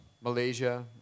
Malaysia